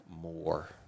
more